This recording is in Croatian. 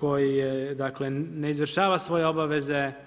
koje je dakle, ne izvršava svoje obaveze.